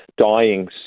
dying